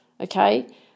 okay